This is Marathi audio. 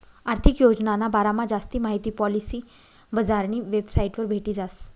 आर्थिक योजनाना बारामा जास्ती माहिती पॉलिसी बजारनी वेबसाइटवर भेटी जास